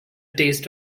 taste